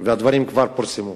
והדברים כבר פורסמו.